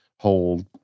hold